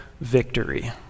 victory